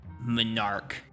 monarch